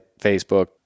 Facebook